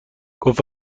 گفت